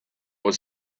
was